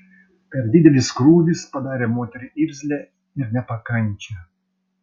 per didelis krūvis padarė moterį irzlią ir nepakančią